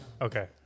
Okay